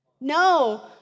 No